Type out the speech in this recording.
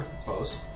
close